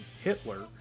Hitler